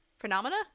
phenomena